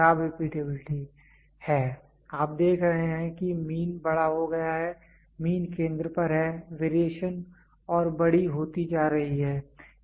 यह खराब रिपीटेबिलिटी है आप देख रहे हैं कि मीन बड़ा हो गया है मीन केंद्र पर है वेरिएशन और बड़ी होती जा रही है